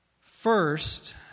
First